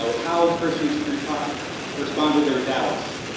so how christians should respond respond to their doubts.